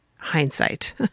Hindsight